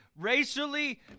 racially